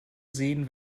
sehen